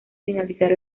finalizar